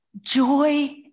joy